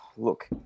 Look